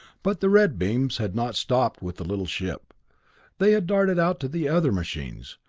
but the red beams had not stopped with the little ship they had darted out to the other machines,